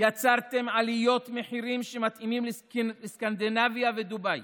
יצרתם עליות מחירים שמתאימות לסקנדינביה ודובאי,